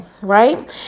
right